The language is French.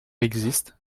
existe